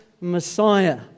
Messiah